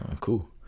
cool